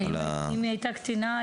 אם הייתה הקטינה,